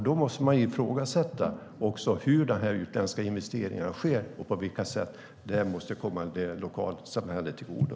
Då måste man ifrågasätta hur de utländska investeringarna sker och på vilket sätt de kommer lokalsamhället till godo.